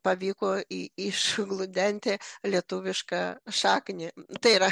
pavyko i išgludenti lietuvišką šaknį tai yra